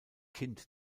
kind